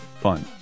Fun